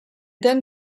then